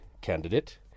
candidate